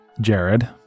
Jared